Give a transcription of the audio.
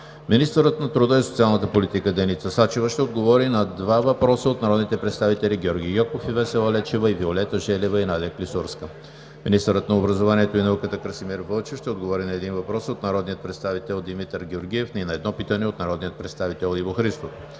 Министърът на труда и социалната политика Деница Сачева ще отговори на два въпроса от народните представители Георги Гьоков и Весела Лечева; и Виолета Желева и Надя Клисурска. 5. Министърът на образованието и науката Красимир Вълчев ще отговори на един въпрос от народния представител Димитър Георгиев и на едно питане от народния представител Иво Христов.